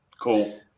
Cool